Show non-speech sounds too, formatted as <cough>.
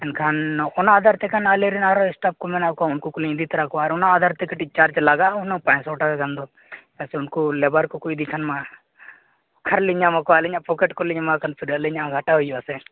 ᱮᱱᱠᱷᱟᱱ ᱚᱱᱟ ᱟᱫᱷᱟᱨᱛᱮ ᱮᱱᱠᱷᱟᱱ ᱟᱞᱮᱨᱮᱱ ᱟᱨᱚ ᱥᱴᱟᱯᱷᱠᱚ ᱢᱮᱱᱟᱜ ᱠᱚᱣᱟ ᱩᱱᱠᱚᱠᱚᱞᱤᱧ ᱤᱫᱤᱛᱚᱨᱟ ᱠᱚᱣᱟ ᱟᱨ ᱚᱱᱟ ᱟᱫᱷᱟᱨᱛᱮ ᱠᱟᱹᱴᱤᱡ ᱪᱟᱨᱡᱽ ᱞᱟᱜᱟᱜᱼᱟ ᱦᱩᱱᱟᱹᱝ ᱯᱟᱸᱪᱥᱚ ᱴᱟᱠᱟ ᱜᱟᱱᱫᱚ ᱦᱮᱸ ᱥᱮ ᱩᱱᱠᱚ ᱞᱮᱵᱟᱨ ᱠᱚᱠᱚ ᱤᱫᱤᱠᱷᱟᱱ ᱢᱟ ᱚᱠᱟᱨᱮᱞᱤᱧ ᱧᱟᱢ ᱟᱠᱚᱣᱟ ᱟᱹᱞᱤᱧᱟᱜ ᱯᱚᱠᱮᱴ ᱠᱷᱚᱡᱞᱤᱧ ᱮᱢᱟᱠᱚ ᱠᱷᱟᱱ <unintelligible> ᱟᱹᱞᱤᱧᱦᱚᱸ ᱜᱷᱟᱴᱟᱣ ᱦᱩᱭᱩᱜᱼᱟ ᱥᱮ